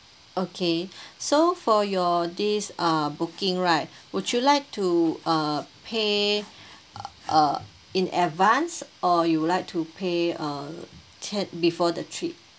okay so for your this uh booking right would you like to uh pay uh in advance or you'd like to pay uh th~ before the trip